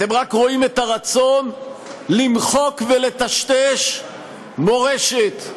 אתם רק רואים את הרצון למחוק ולטשטש מורשת,